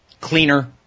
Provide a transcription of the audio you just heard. cleaner